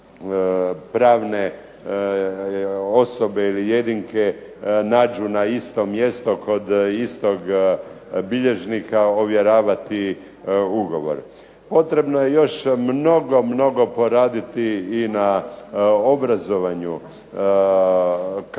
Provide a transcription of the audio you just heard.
pravne osobe ili jedinke nađu na istom mjestu kod istog bilježnika ovjeravati ugovor. Potrebno je još mnogo, mnogo poraditi i na obrazovanju kako